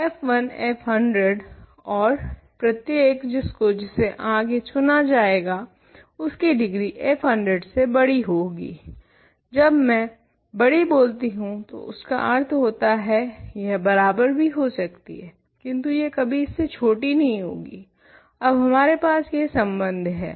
तो f1 f100 ओर प्रत्येक जिसको जिसे आगे चुना जाएगा उसकी डिग्री f100 से बड़ी होगी जब में बड़ी बोलती हूँ तो इसका अर्थ होता है यह बराबर भी हो सकती है किन्तु यह कभी इससे छोटी नहीं होगी अब हमारे पास यह सम्बन्ध है